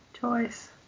choice